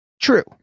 true